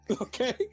Okay